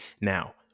Now